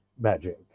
magic